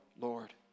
Lord